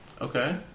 Okay